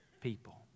people